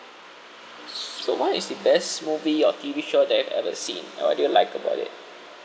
so what is the best movie or T_V show that you've ever seen what do you like about it